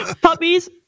Puppies